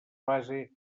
base